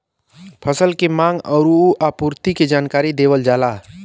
फसल के मांग आउर आपूर्ति के जानकारी देवल जाला